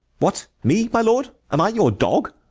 what, me, my lord? am i your dog?